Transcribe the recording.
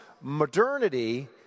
modernity